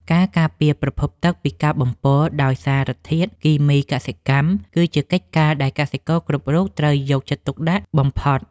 ការការពារប្រភពទឹកពីការបំពុលដោយសារធាតុគីមីកសិកម្មគឺជាកិច្ចការដែលកសិករគ្រប់រូបត្រូវយកចិត្តទុកដាក់បំផុត។